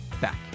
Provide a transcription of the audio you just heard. back